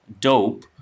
dope